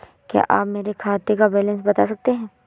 क्या आप मेरे खाते का बैलेंस बता सकते हैं?